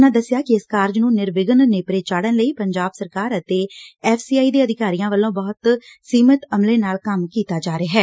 ਉਨ੍ਹਾਂ ਦੱਸਿਆ ਕਿ ਇਸ ਕਾਰਜ ਨੂੰ ਨਿਰਵਿਘਨ ਨੇਪਰੇ ਚਾੜੁਨ ਲਈ ਪੰਜਾਬ ਸਰਕਾਰ ਅਤੇ ਐਫਸੀ ਆਈ ਦੇ ਅਧਿਕਾਰੀਆਂ ਵਲੋਂ ਬਹੁਤ ਸੀਮਤ ਅਮਲੇ ਨਾਲ ਕੰਮ ਕੀਤਾ ਜਾ ਰਿਹਾ ਐ